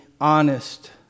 honest